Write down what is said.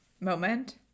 moment